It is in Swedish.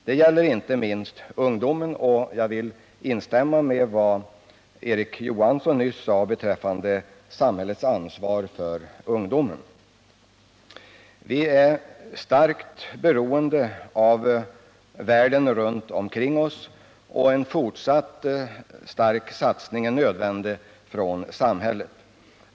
Det gäller inte minst ungdomen, och jag vill instämma med vad Erik Johansson nyss sade beträffande samhällets ansvar för den. Vi är starkt beroende av världen runt omkring oss. En fortsatt stark satsning från samhället är nödvändig.